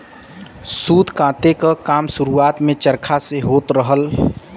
सूत काते क काम शुरुआत में चरखा से होत रहल